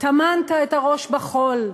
טמנת את הראש בחול.